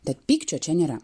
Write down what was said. tad pykčio čia nėra